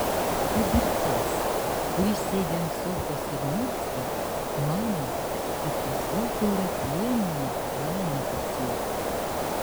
tad ir tas kuris sėdi ant sofos ir niurzga mano kad ta sofa yra priemonė laimei pasiekti